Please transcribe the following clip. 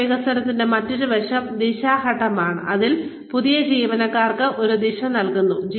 career വികസനത്തിന്റെ മറ്റൊരു വശം ദിശാ ഘട്ടമാണ് അതിൽ പുതിയ ജീവനക്കാർക്ക് ഒരു ദിശ നൽകുന്നു